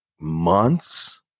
months